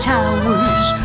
Towers